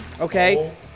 okay